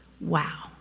Wow